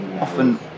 often